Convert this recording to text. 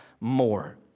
more